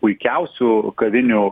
puikiausių kavinių